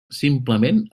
simplement